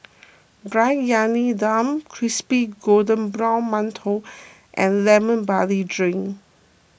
Briyani Dum Crispy Golden Brown Mantou and Lemon Barley Drink